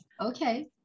okay